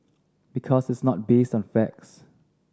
because it's not based on facts